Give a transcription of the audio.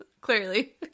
Clearly